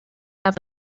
have